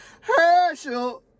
Herschel